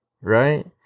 Right